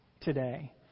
today